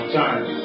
time